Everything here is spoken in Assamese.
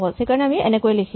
সেইকাৰণে আমি এনেকৈয়ে লিখিম